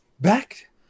back